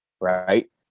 Right